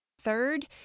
Third